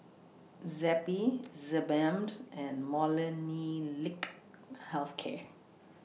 Zappy Sebamed and Molnylcke Health Care